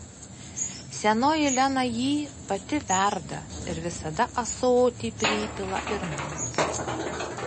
senoji lena jį pati verda ir visada ąsotį pripila ir man